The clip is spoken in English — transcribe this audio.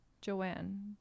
Joanne